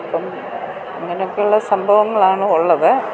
അപ്പം അങ്ങനെ ഒക്കെ ഉള്ള സംഭവങ്ങളാണ് ഉള്ളത്